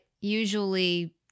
usually